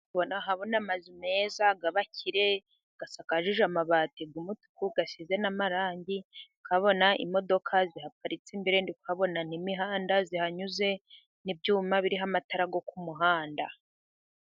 Ndahabona amazu meza y'abakire, asakaje amabati y'umutuku asize n'amarangi, nkabona imodoka zihaparitse imbere, ndi kuhabona n'imihanda ihanyuze n'ibyuma biriho amatara yo ku muhanda.